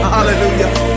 Hallelujah